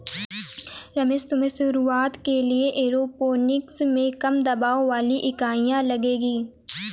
रमेश तुम्हें शुरुआत के लिए एरोपोनिक्स में कम दबाव वाली इकाइयां लगेगी